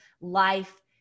life